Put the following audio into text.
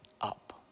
up